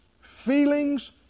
feelings